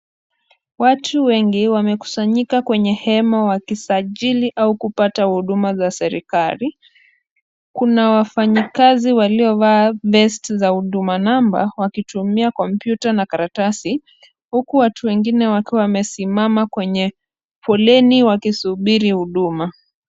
Watu wengi wamekusanyika kwenye hema wakisajili au kupata huduma za serikali, kuna wafanyikazi waliovaa vest za huduma namba wakitumia kompyuta na karatasi, huku watu wengine wakiwa wamesimama kwenye foleni wakisubiri huduma.